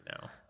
now